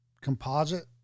composite